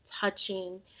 touching